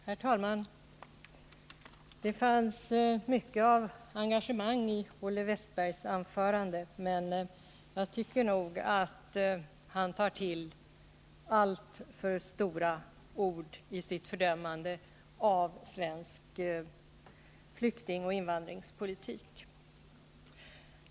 Herr talman! Det fanns mycket av engagemang i Olle Wästbergs anförande. Men jag tycker nog att han tar till alltför stora ord i sitt fördömande av den svenska flyktingoch invandringspolitiken.